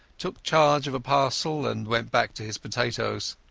took charge of a parcel, and went back to his potatoes.